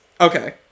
Okay